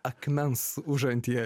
akmens užantyje